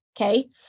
okay